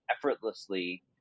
effortlessly